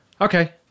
Okay